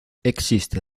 existe